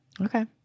Okay